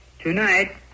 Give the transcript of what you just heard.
Tonight